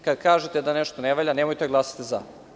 Kada kažete da nešto ne valja, nemojte da glasate za.